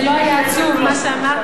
אם זה לא היה עצוב מה שאמרת,